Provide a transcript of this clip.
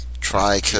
try